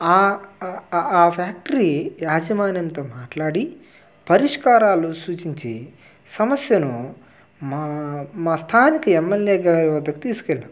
ఆ ఫ్యాక్టరీ యాజమాన్యంతో మాట్లాడి పరిష్కారాలు సూచించి సమస్యను మా మా స్థానిక ఎమ్ ఎల్ ఏ గారి వద్దకి తీసుకెళ్ళాం